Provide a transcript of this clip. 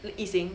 yi xin